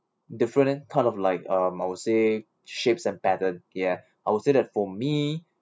different kind of like um I would say shapes and patterns ya I would say that for me